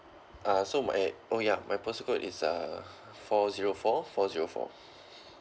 uh so my oh ya my postal code is uh four zero four four zero four